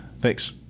thanks